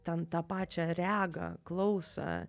ten tą pačią regą klausą